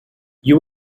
you